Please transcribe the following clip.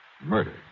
murder